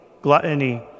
gluttony